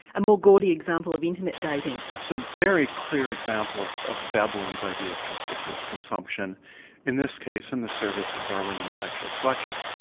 a more gaudy example of internet dating? it's a very clear example of of veblen's idea of conspicuous consumption in this case in the service of darwinian sexual selection.